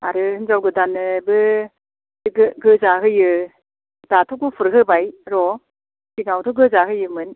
आरो हिनजाव गोदाननोबो गोजा होयो दाथ' गुफुर होबाय र' सिगाङावथ' गोजा होयोमोन